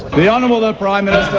the honourable the prime